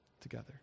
together